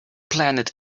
planet